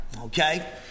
okay